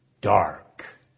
dark